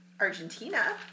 Argentina